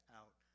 out